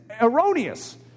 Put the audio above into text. erroneous